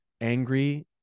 angry